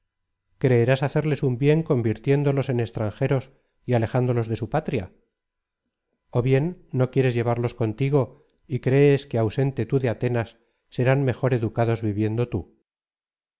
creerás hacerles un bien convirtiéndolos en extranjeros y alejándolos de su patria o bien no quieres llevarlos contigo y crees que ausente tú de atenas serán mejor educados viviendo tú